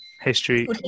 History